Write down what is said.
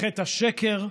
בחטא השקר,